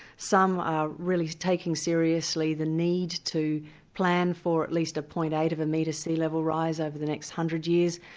some are really taking seriously the need to plan for at least a point-eight of a metre sea-level rise over the next one hundred years,